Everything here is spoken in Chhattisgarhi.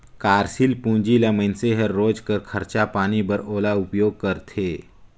कारसील पूंजी ल मइनसे हर रोज कर खरचा पानी बर ओला उपयोग करथे